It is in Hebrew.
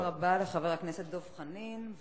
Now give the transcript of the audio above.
תודה רבה לחבר הכנסת דב חנין.